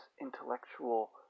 intellectual